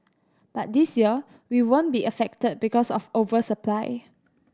but this year we won't be affected because of over supply